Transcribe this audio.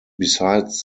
besides